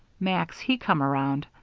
max, he come around,